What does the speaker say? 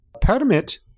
Permit